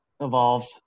evolved